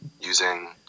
Using